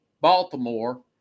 Baltimore